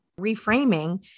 reframing